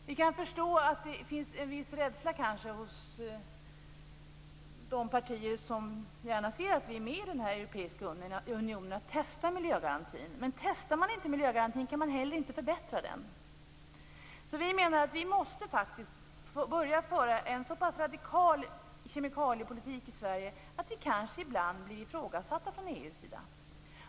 Vi kan förstå att det kanske finns en viss rädsla att testa miljögarantin hos de partier som gärna ser att vi är med i den här europeiska unionen. Men testar man inte miljögarantin kan man heller inte förbättra den. Vi menar att vi faktiskt måste börja föra en så pass radikal kemikaliepolitik i Sverige att vi kanske ibland blir ifrågasatta från EU:s sida.